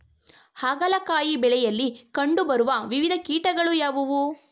ಹಾಗಲಕಾಯಿ ಬೆಳೆಯಲ್ಲಿ ಕಂಡು ಬರುವ ವಿವಿಧ ಕೀಟಗಳು ಯಾವುವು?